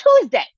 Tuesday